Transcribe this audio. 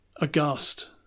aghast